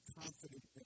confident